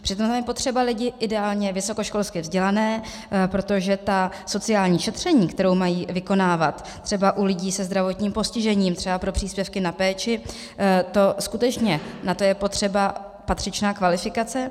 Přitom je potřeba lidi ideálně vysokoškolsky vzdělané, protože sociální šetření, která mají vykonávat třeba u lidí se zdravotním postižením, třeba pro příspěvky na péči, na to je skutečně potřeba patřičná kvalifikace.